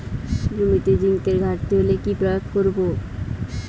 জমিতে জিঙ্কের ঘাটতি হলে কি প্রয়োগ করব?